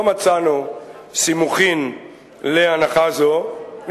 לא מצאנו סימוכין להנחה זאת.